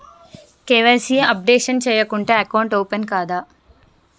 KYC updation చేయకుంటే account open కాదా?